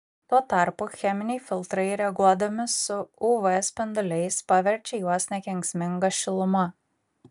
tuo tarpu cheminiai filtrai reaguodami su uv spinduliais paverčia juos nekenksminga šiluma